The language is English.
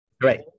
Great